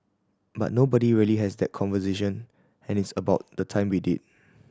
but nobody really has that conversation and it's about the time we did